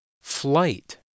Flight